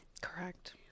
Correct